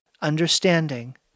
understanding